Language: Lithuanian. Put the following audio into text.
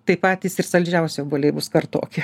tai patys ir saldžiausi obuoliai bus kartoki